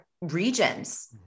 regions